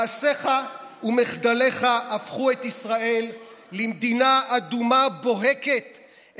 מעשיך ומחדליך הפכו את ישראל למדינה אדומה בוהקת,